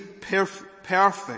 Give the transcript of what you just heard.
perfect